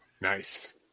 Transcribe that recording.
Nice